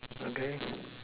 okay